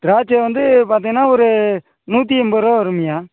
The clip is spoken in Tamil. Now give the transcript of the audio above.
திராச்சை வந்து பார்த்தீன்னா ஒரு நூற்றி எண்பது ரூபா வரும்யா